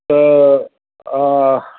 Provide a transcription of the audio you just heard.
त हा